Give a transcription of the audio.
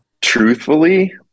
Truthfully